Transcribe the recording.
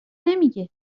نمیگه